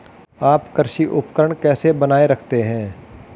आप कृषि उपकरण कैसे बनाए रखते हैं?